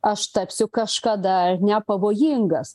aš tapsiu kažkada nepavojingas